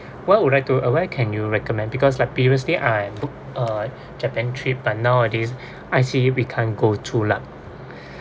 what would like to where can you recommend because like previously I book a japan trip but nowadays I see we can't go to lah